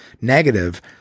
negative